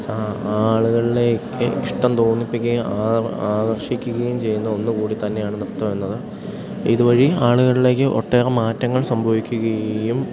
സ ആളുകളിലേക്ക് ഇഷ്ടം തോന്നിപ്പിക്കുകയും ആകർ ആകർഷിക്കുകയും ചെയ്യുന്ന ഒന്നു കൂടി തന്നെയാണ് നൃത്തം എന്നത് ഇതു വഴി ആളുകളിലേക്ക് ഒട്ടേറെ മാറ്റങ്ങൾ സംഭവിക്കുകയും